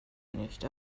nicht